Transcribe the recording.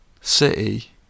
City